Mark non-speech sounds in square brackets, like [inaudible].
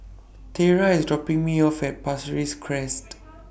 Tiera IS dropping Me off At Pasir Ris Crest [noise]